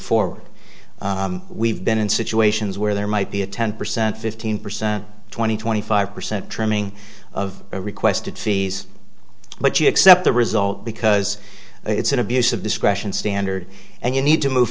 forward we've been in situations where there might be a ten percent fifteen percent twenty twenty five percent trimming of requested fees but you accept the result because it's an abuse of discretion standard and you need to move